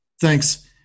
Thanks